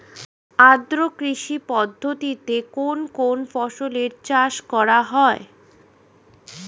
আদ্র কৃষি পদ্ধতিতে কোন কোন ফসলের চাষ করা হয়?